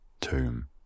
Tomb